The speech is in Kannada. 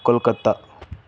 ಕೊಲ್ಕತ್ತ